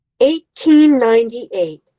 1898